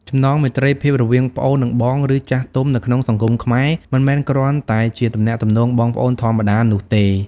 ចំណងមេត្រីភាពរវាងប្អូន និងបង ឬចាស់ទុំ នៅក្នុងសង្គមខ្មែរ មិនមែនគ្រាន់តែជាទំនាក់ទំនងបងប្អូនធម្មតានោះទេ។